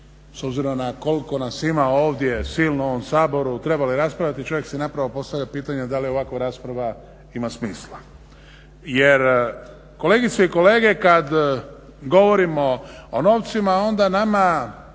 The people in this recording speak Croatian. obzirom na koliko nas ima ovdje silno u ovom Saboru, trebali raspravljati, čovjek si zapravo postavlja pitanje da li je ovako rasprava ima smisla. Jer kolegice i kolege kad govorimo o novcima onda nama